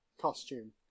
costume